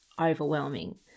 overwhelming